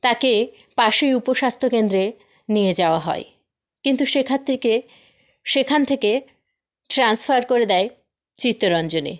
তাকে পাশে উপস্বাস্ত্যকেন্দ্রে নিয়ে যাওয়া হয় কিন্তু সেখান থেকে সেখান থেকে ট্রান্সফার করে দেয় চিত্তরঞ্জনে